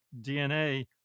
DNA